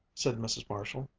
said mrs. marshall,